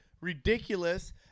ridiculous